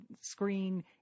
screen